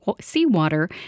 seawater